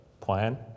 plan